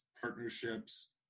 partnerships